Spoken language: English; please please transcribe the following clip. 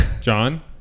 John